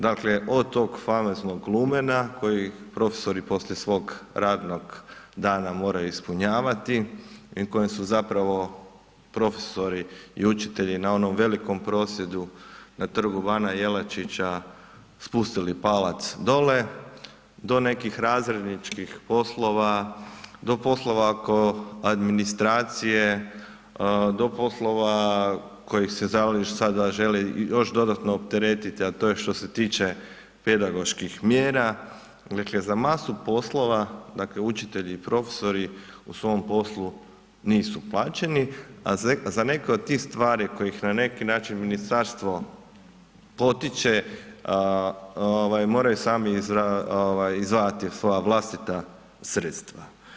Dakle od tog famoznog lumena koje profesori poslije svog radnog dana moraju ispunjavati i kojim su zapravo profesori i učitelji na onom velikom prosvjedu na Trgu bana Jelačića spustili palac dole do nekih razredničkih poslova, do poslova oko administracije, do poslova kojih … sada želi još dodatno opteretiti, a to je što se tiče pedagoških mjera, dakle za masu poslova učitelji i profesori u svom poslu nisu plaćeni, a za neke od tih stvari na koje ih na neki način ministarstvo potiče moraju sami izdvajati i svoja vlastita sredstva.